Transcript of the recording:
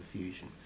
fusion